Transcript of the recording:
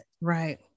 Right